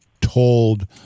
told